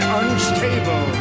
unstable